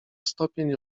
stopień